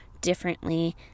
differently